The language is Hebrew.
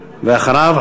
ואחריו,